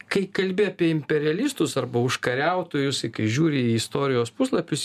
kai kalbi apie imperialistus arba užkariautojus kai žiūri į istorijos puslapius